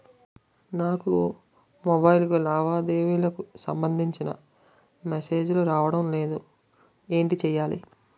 నాకు మొబైల్ కు లావాదేవీలకు సంబందించిన మేసేజిలు రావడం లేదు ఏంటి చేయాలి?